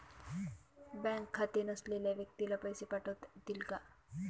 Bank खाते नसलेल्या व्यक्तीला पैसे पाठवता येतील का?